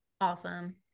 Awesome